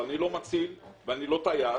אבל אני לא מציל ולא טייס.